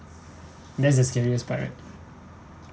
that's the scariest part right